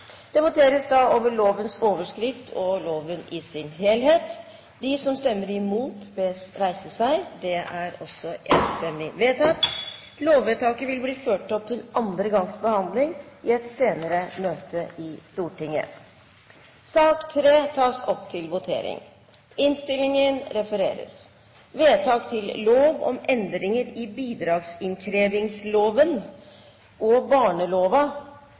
Det voteres over lovens overskrift og loven i sin helhet. Lovvedtaket vil bli ført opp til andre gangs behandling i et senere møte i Stortinget. Det voteres over lovens overskrift og loven i sin helhet. Lovvedtaket vil bli ført opp til andre gangs behandling i